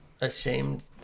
ashamed